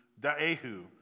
da'ehu